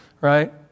right